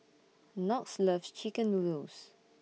Knox loves Chicken Noodles